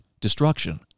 destruction